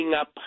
up